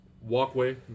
walkway